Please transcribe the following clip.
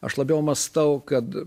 aš labiau mąstau kad